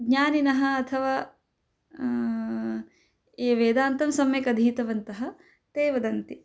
ज्ञानिनः अथवा ये वेदान्तं सम्यक् अधीतवन्तः ते वदन्ति